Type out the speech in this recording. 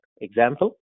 Example